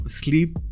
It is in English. sleep